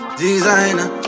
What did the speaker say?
designer